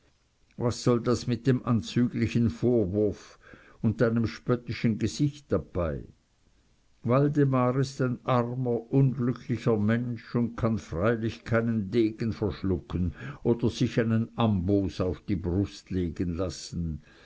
was soll das mit dem anzüglichen vorwurf und deinem spöttischen gesicht dabei waldemar ist ein armer unglücklicher mensch und kann freilich keinen degen verschlucken oder sich einen amboß auf die brust legen lassen